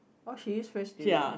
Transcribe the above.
oh she eat fresh durian ah